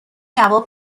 جواب